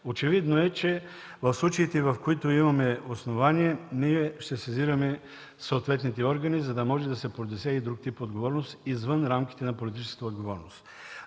очевидно е, че в случаите, в които имаме основание, ще сезираме съответните органи, за да може да се понесе и друг тип отговорност извън рамките на политическата отговорност.